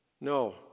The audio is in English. No